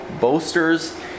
boasters